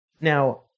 Now